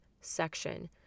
section